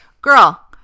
Girl